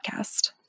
podcast